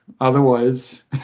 Otherwise